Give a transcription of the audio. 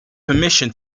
permission